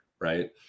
Right